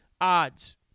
odds